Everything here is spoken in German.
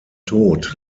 tod